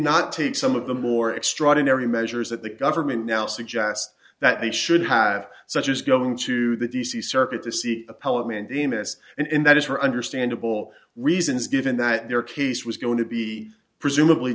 not take some of the more extraordinary measures that the government now suggest that they should have such as going to the d c circuit to see appellate mandamus and that is for understandable reasons given that their case was going to be presumably